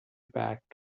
back